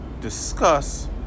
Discuss